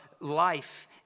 life